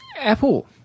Apple